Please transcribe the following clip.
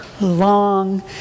long